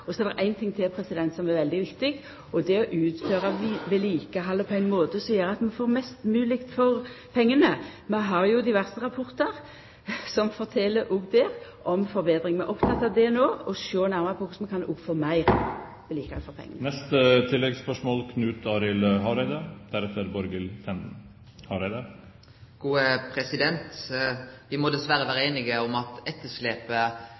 og å utføra det vedlikehaldet som skal gjerast. Så er det ein ting til som er veldig viktig. Det er å utføra vedlikehaldet på ein måte som gjer at vi får mest mogleg for pengane. Vi har diverse rapportar som fortel om det. Vi er no opptekne av forbetringar og av å sjå nærmare på korleis vi kan få meir vedlikehald for pengane. Knut Arild Hareide – til oppfølgingsspørsmål. Me må dessverre vere einige i at etterslepet